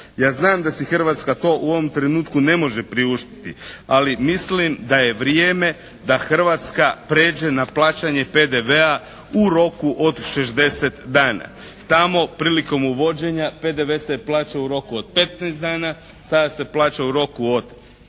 Ja znam da si Hrvatska to u ovom trenutku ne može priuštiti, ali mislim da je vrijeme da Hrvatska prijeđe na plaćanje PDV-a u roku od 60 dana. Tamo prilikom uvođenja PDV se plaća u roku od 15 dana, sada se plaća u roku od